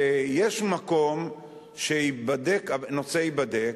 ויש מקום שהנושא ייבדק.